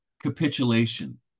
capitulation